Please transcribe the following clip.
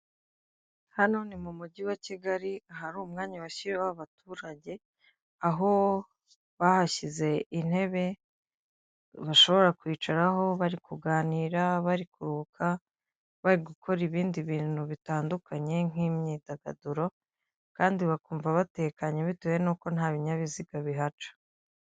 Hano ni mu mujyi wa Kigali ahari umwanya washyiriweho abaturage, aho bahashyize intebe bashobora kwicaraho bari kuganira, bari kuruhuka, bari gukora ibindi bintu bitandukanye nk'imyidagaduro kandi bakumva batekanye bitewe n'uko nta binyabiziga bihaca.